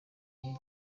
gihe